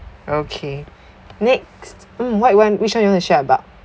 okay next mm what you want which one you wanna share about